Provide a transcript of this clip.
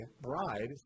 bride